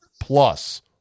plus